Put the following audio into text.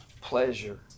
pleasure